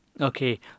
okay